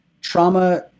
trauma